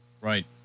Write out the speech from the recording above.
Right